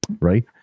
right